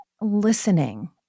listening